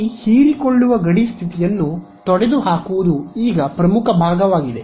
ಈ ಹೀರಿಕೊಳ್ಳುವ ಗಡಿ ಸ್ಥಿತಿಯನ್ನು ತೊಡೆದುಹಾಕುವುದು ಈಗ ಪ್ರಮುಖ ಭಾಗವಾಗಿದೆ